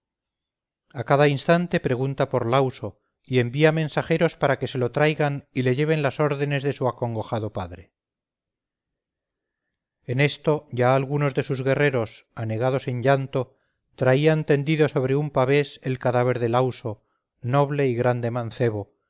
a cada instante pregunta por lauso y envía mensajeros para que se lo traigan y le lleven las órdenes de su acongojado padre en esto ya algunos de sus guerreros anegados en llanto traían tendido sobre un pavés el cadáver de lauso noble y grande mancebo